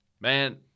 Man